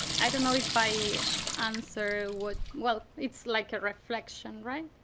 i don't know if i answer what well it's like a reflection right.